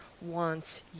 wants